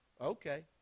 okay